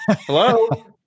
Hello